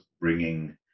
bringing